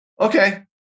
Okay